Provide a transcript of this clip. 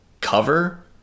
cover